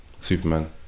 Superman